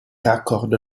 raccordo